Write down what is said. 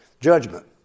Judgment